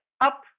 up